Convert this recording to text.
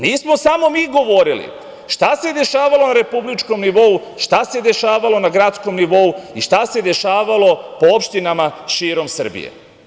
Nismo samo mi govorili šta se dešavalo na republičkom nivou, šta se dešavalo na gradskom nivou, šta se dešavalo po opštinama širom Srbije.